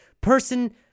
person